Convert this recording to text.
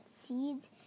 seeds